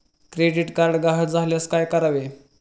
Credit card गहाळ झाल्यास काय करावे?